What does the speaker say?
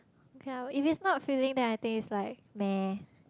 okay ah if it's not filling then I think it's like meh